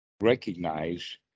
recognize